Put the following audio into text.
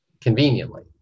conveniently